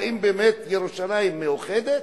האם באמת ירושלים מאוחדת?